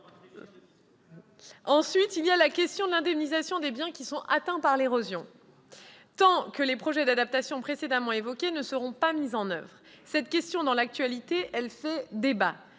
Ensuite, il y a la question de l'indemnisation des biens atteints par l'érosion tant que les projets d'adaptation précédemment évoqués ne seront pas mis en oeuvre. Cette question d'actualité fait débat.